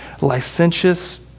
licentious